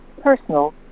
personal